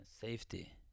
safety